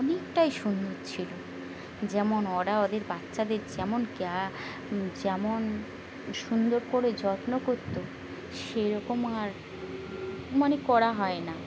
অনেকটাই সুন্দর ছিল যেমন ওরা ওদের বাচ্চাদের যেমন ক যেমন সুন্দর করে যত্ন করতো সেরকম আর মানে করা হয় না